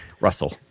Russell